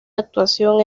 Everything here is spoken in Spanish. actuación